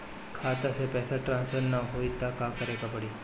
खाता से पैसा टॉसफर ना होई त का करे के पड़ी?